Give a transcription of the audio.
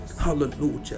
Hallelujah